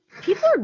people